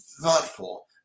thoughtful